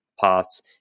paths